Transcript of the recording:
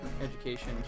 education